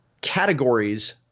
categories